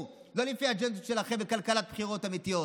ולא לפי האג'נדות שלכם וכלכלת בחירות אמיתיות.